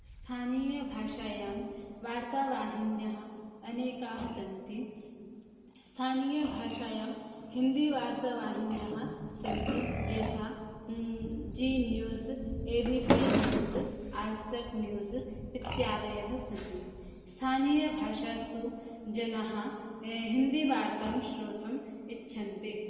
स्थानीयभाषायां वार्तावाहिन्यः अनेकाः सन्ति स्थानीयभाषायां हिन्दीवार्तावाहिन्यः सन्ति यथा Zee news A V P news Aajtak news इत्यादयः सन्ति स्थानीयभाषासु जनाः हिन्दीवार्तां श्रोतुम् इच्छन्ति